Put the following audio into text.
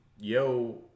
yo